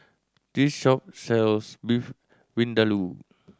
this shop sells Beef Vindaloo